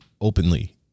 openly